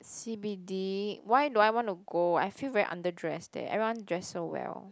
c_b_d why do I want to go I feel very under dressed there everyone dress so well